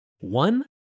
One